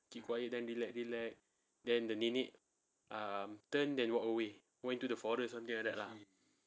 keep quiet then rilek-rilek then the nenek um turned and walked away walked into the forest or something like that lah